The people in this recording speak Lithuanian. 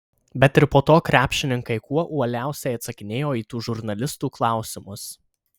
bet ir po to krepšininkai kuo uoliausiai atsakinėjo į tų žurnalistų klausimus